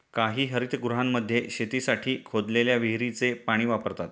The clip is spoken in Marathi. काही हरितगृहांमध्ये शेतीसाठी खोदलेल्या विहिरीचे पाणी वापरतात